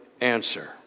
answer